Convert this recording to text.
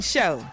Show